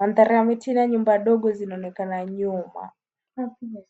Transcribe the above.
Maandhari ya miti na nyumba ndogo zinaonekana nyuma.